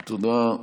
תודה.